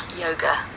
yoga